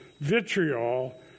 vitriol